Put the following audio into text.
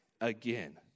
again